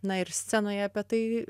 na ir scenoje apie tai